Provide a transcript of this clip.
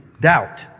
doubt